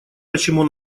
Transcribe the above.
почему